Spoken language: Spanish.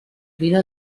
vino